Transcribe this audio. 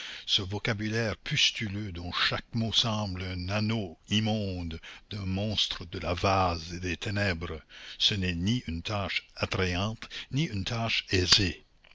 ce vocabulaire pustuleux dont chaque mot semble un anneau immonde d'un monstre de la vase et des ténèbres ce n'est ni une tâche attrayante ni une tâche aisée